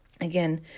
Again